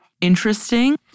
Interesting